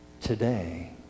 today